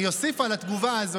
אני אוסיף על התגובה הזו,